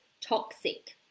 toxic